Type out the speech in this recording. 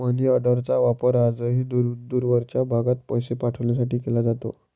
मनीऑर्डरचा वापर आजही दूरवरच्या भागात पैसे पाठवण्यासाठी केला जातो